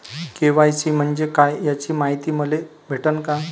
KYC म्हंजे काय याची मायती मले भेटन का?